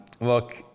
Look